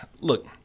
look